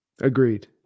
Agreed